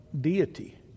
deity